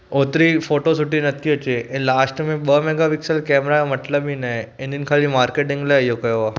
होतिरी फोटो सुठी नथी अचे ऐं लास्ट में ॿ मेगापिक्सल कैमरा मतिलबु ई न आहे हिननि ख़ाली मार्केटिंग लाइ इहो कयो आहे